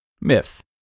Myth